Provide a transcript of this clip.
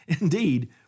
Indeed